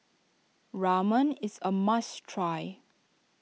Ramen is a must try